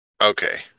Okay